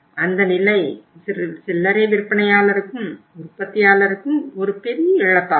அந்த நிலை சில்லறை விற்பனையாளருக்கும் உற்பத்தியாளருக்கும் ஒரு பெரிய இழப்பாகும்